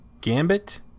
Gambit